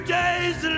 days